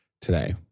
Today